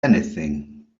anything